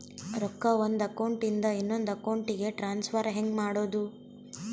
ರೊಕ್ಕ ಒಂದು ಅಕೌಂಟ್ ಇಂದ ಇನ್ನೊಂದು ಅಕೌಂಟಿಗೆ ಟ್ರಾನ್ಸ್ಫರ್ ಹೆಂಗ್ ಮಾಡೋದು?